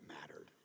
mattered